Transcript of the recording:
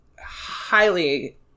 highly